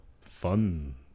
fun